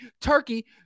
turkey